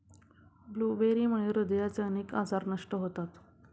ब्लूबेरीमुळे हृदयाचे अनेक आजार नष्ट होतात